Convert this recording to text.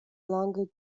longer